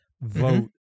vote